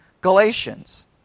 Galatians